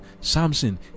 Samson